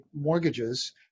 mortgages